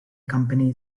company